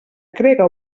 crega